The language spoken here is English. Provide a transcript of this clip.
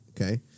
okay